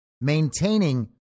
maintaining